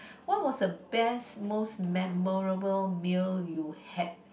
what was the best most memorable meal you had